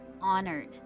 honored